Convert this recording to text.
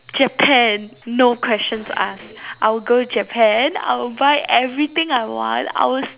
Japan no questions asked I will go Japan I will buy everything I want I will